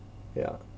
ya